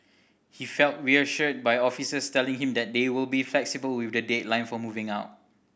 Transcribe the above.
he felt reassured by officers telling him that they will be flexible with the deadline for moving out